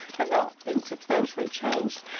have not been substantially changed.